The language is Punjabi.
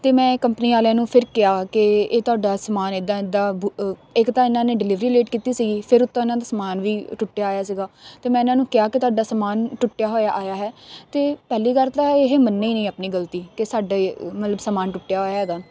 ਅਤੇ ਮੈਂ ਕੰਪਨੀ ਵਾਲਿਆਂ ਨੂੰ ਫਿਰ ਕਿਹਾ ਕਿ ਇਹ ਤੁਹਾਡਾ ਸਮਾਨ ਇੱਦਾਂ ਇੱਦਾਂ ਇੱਕ ਤਾਂ ਇਹਨਾਂ ਨੇ ਡਿਲੀਵਰੀ ਲੇਟ ਕੀਤੀ ਸੀਗੀ ਫਿਰ ਉਤੋਂ ਉਹਨਾਂ ਦਾ ਸਮਾਨ ਵੀ ਟੁੱਟਿਆ ਹੋਇਆ ਸੀਗਾ ਅਤੇ ਮੈਂ ਇਹਨਾਂ ਨੂੰ ਕਿਹਾ ਕਿ ਤੁਹਾਡਾ ਸਮਾਨ ਟੁੱਟਿਆ ਹੋਇਆ ਆਇਆ ਹੈ ਅਤੇ ਪਹਿਲੀ ਗੱਲ ਤਾਂ ਇਹ ਮੰਨੇ ਹੀ ਨਹੀਂ ਆਪਣੀ ਗਲਤੀ ਕਿ ਸਾਡੇ ਮਤਲਬ ਸਮਾਨ ਟੁੱਟਿਆ ਹੋਇਆ ਹੈਗਾ